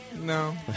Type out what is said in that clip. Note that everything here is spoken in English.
No